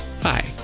Hi